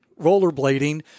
rollerblading